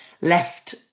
left